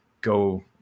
go